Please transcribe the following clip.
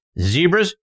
Zebras